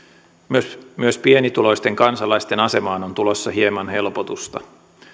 myös myös pienituloisten kansalaisten asemaan on tulossa hieman helpotusta